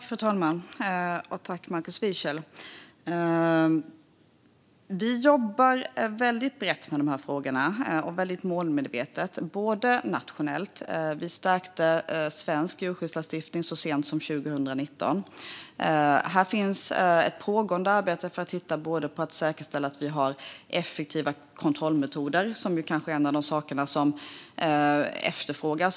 Fru talman! Vi jobbar väldigt brett och målmedvetet med dessa frågor. Vi gör det nationellt. Vi stärkte svensk djurskyddslagstiftning så sent som 2019. Det finns ett pågående arbete för att säkerställa att vi har effektiva kontrollmetoder. Det är kanske en av de saker som efterfrågas.